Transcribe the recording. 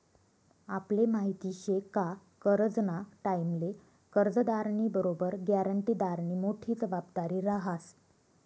आपले माहिती शे का करजंना टाईमले कर्जदारनी बरोबर ग्यारंटीदारनी मोठी जबाबदारी रहास